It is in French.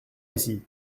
ici